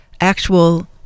actual